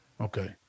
Okay